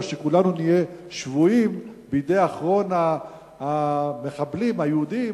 או שכולנו נהיה שבויים בידי אחרון המחבלים היהודים,